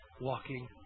walking